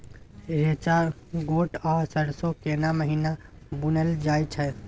रेचा, गोट आ सरसो केना महिना बुनल जाय छै?